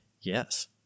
yes